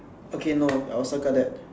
okay no I will circle that